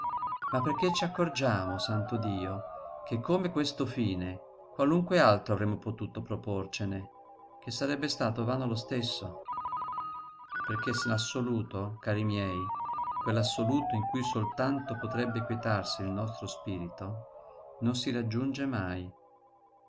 ma perché ci accorgiamo santo dio che come questo fine qualunque altro avremmo potuto proporcene che sarebbe stato vano lo stesso perché l'assoluto cari miei quell'assoluto in cui soltanto potrebbe quietarsi il nostro spirito non si raggiunge mai